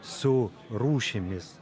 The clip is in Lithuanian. su rūšimis